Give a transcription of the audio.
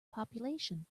population